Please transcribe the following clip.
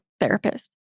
therapist